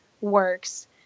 works